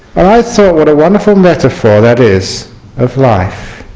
ah i thought what a wonderful metaphor that is of life